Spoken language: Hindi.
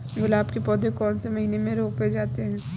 गुलाब के पौधे कौन से महीने में रोपे जाते हैं?